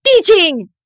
Teaching